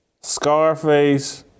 Scarface